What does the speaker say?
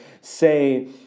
say